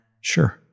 Sure